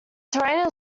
terrain